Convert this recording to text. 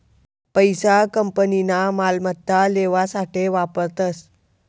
पैसा कंपनीना मालमत्ता लेवासाठे वापरतस